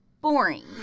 boring